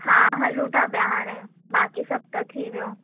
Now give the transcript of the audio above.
हा हलूं था पिया हाणे बाक़ी सभु त थी वियो